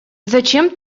зачем